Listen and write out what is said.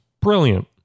brilliant